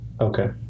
Okay